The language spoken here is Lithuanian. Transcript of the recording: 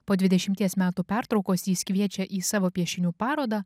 po dvidešimties metų pertraukos jis kviečia į savo piešinių parodą